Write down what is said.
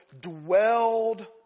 dwelled